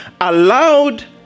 allowed